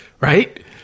right